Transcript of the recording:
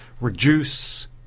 reduce